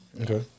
Okay